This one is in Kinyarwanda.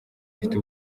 ifite